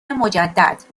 مجدد